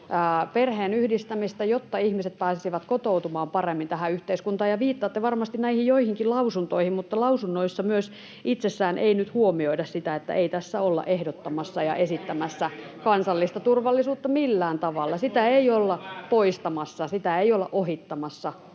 perheenyhdistämistä, jotta ihmiset pääsisivät kotoutumaan paremmin tähän yhteiskuntaan. Viittaatte varmasti näihin joihinkin lausuntoihin, mutta lausunnoissa itsessään ei nyt huomioida sitä, että ei tässä olla ehdottamassa [Ben Zyskowicz: Voi voi, kun ei Migrikään ymmärrä asiaa oikein eikä suojelupoliisi!] ja ohittamassa